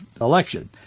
election